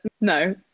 no